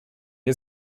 der